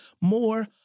more